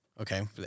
Okay